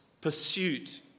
pursuit